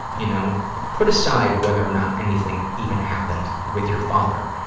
you know, put aside whether or not anything even happened with your father.